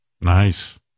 Nice